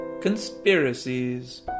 conspiracies